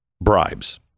bribes